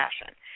fashion